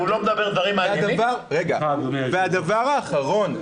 והדבר האחרון,